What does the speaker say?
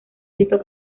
rito